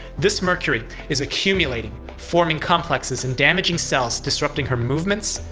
this mercury is accumulating, forming complexes and damaging cells, disrupting her movements,